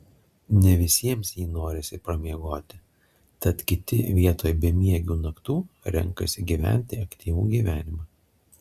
ne visiems jį norisi pramiegoti tad kiti vietoj bemiegių naktų renkasi gyventi aktyvų gyvenimą